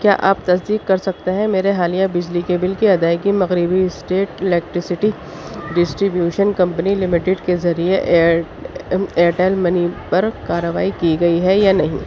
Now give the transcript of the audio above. کیا آپ تصدیق کر سکتے ہیں کہ میرے حالیہ بجلی کے بل کی ادائیگی مغربی state electricity distribution company limited کے ذریعے ایئرٹیل منی پر کاروائی کی گئی ہے یا نہیں